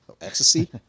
Ecstasy